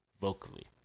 vocally